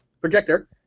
projector